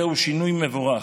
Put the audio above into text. זהו שינוי מבורך.